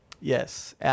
yes